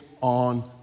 on